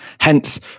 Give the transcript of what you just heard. Hence